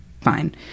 fine